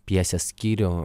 pjesės skyrių